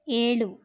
ಏಳು